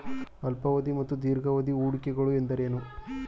ಅಲ್ಪಾವಧಿ ಮತ್ತು ದೀರ್ಘಾವಧಿ ಹೂಡಿಕೆಗಳು ಎಂದರೇನು?